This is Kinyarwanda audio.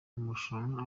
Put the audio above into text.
amarushanwa